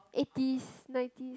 eighties nineties